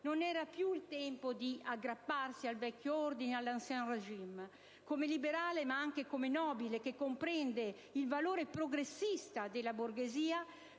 Non era più il tempo di aggrapparsi al vecchio ordine, all'*Ancien régime*. Come liberale, ma anche come nobile che comprende il valore progressista della borghesia,